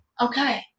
Okay